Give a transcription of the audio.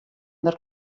der